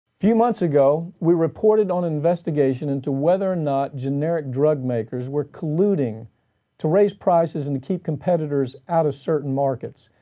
few months ago we reported on an investigation into whether or not generic drug makers were colluding to raise prices and to keep competitors out of certain markets.